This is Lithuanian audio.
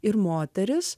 ir moteris